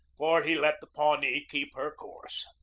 for he let the pawnee keep her course.